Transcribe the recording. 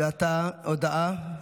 עתה הודעה.